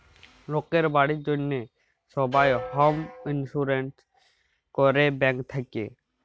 লকের বাড়ির জ্যনহে সবাই হম ইলসুরেলস ক্যরে ব্যাংক থ্যাকে